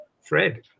Fred